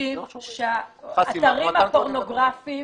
מבקשים שהאתרים הפורנוגרפיים